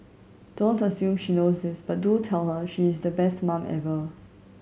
don't assume she knows this but do tell her she is the best mum ever